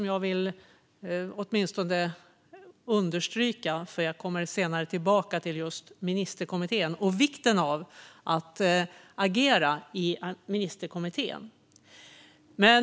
Jag vill understryka det, eftersom jag senare kommer tillbaka till just ministerkommittén och vikten av att agera i den.